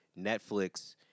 Netflix